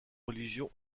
religions